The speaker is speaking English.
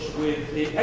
with the,